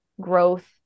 growth